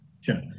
Sure